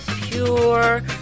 pure